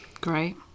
Great